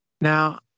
now